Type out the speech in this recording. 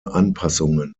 anpassungen